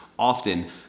often